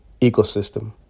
ecosystem